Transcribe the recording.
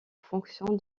fonction